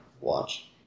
watch